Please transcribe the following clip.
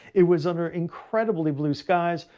it was under incredibly blue skies,